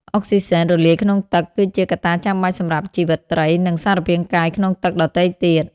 អុកស៊ីហ្សែនរលាយក្នុងទឹកគឺជាកត្តាចាំបាច់សម្រាប់ជីវិតត្រី និងសារពាង្គកាយក្នុងទឹកដទៃទៀត។